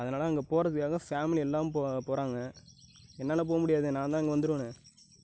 அதனாலே அங்கே போகிறதுக்காகத்தான் ஃபேமிலி எல்லாரும் போ போகிறாங்க என்னால் போக முடியாதே நான்தான் இங்கே வந்திருவனே